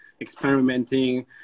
experimenting